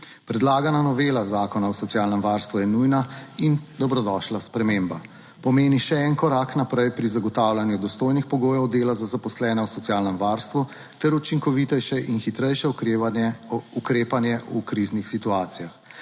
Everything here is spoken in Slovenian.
Predlagana novela Zakona o socialnem varstvu je nujna in dobrodošla sprememba. Pomeni še en korak naprej pri zagotavljanju dostojnih pogojev dela za zaposlene v socialnem varstvu ter učinkovitejše in hitrejše ukrepanje v kriznih situacijah.